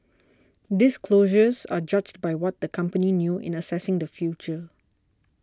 disclosures are judged by what the company knew in assessing the future